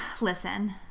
listen